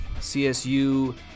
CSU